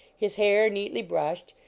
his hair neatly brushed,